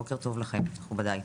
בוקר טוב לכם מכובדיי.